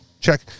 Check